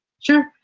Sure